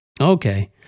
Okay